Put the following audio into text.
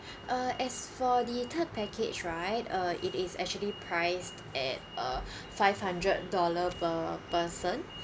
uh as for the third package right uh it is actually priced at a five hundred dollar per person